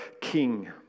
king